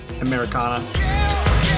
Americana